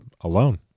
alone